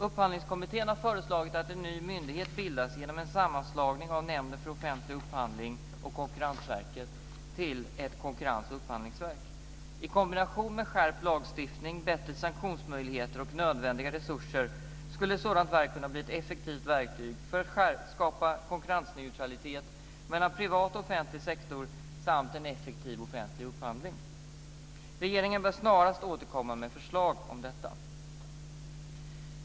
Upphandlingskommittén har föreslagit att en ny myndighet bildas genom en sammanslagning av I kombination med skärpt lagstiftning, bättre sanktionsmöjligheter och nödvändiga resurser skulle ett sådant verk kunna bli ett effektivt verktyg för att skapa konkurrensneutralitet mellan privat och offentlig sektor, samt en effektiv offentlig upphandling. Regeringen bör snarast återkomma med förslag om detta.